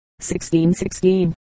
1616